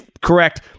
correct